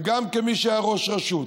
וגם כמי שהיה ראש רשות,